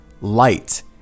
light